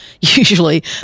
Usually